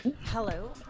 Hello